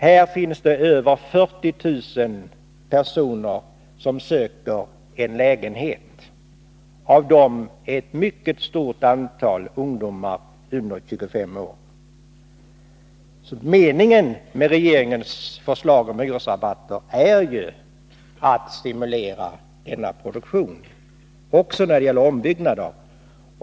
Här finns det över 40 000 personer som söker en lägenhet. Av dessa är ett mycket stort antal ungdomar under 25 år. Meningen med regeringens förslag om hyresrabatter är ju att stimulera hela produktionen, även när det gäller ombyggnader.